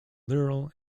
literal